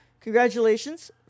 congratulations